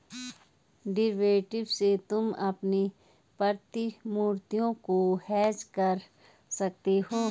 derivative से तुम अपनी प्रतिभूतियों को हेज कर सकते हो